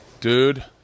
Dude